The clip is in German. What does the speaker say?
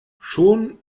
schon